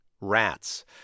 Rats